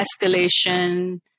escalation